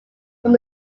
from